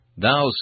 Thou